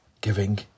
giving